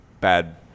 bad